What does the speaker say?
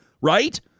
right